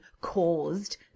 caused